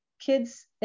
kids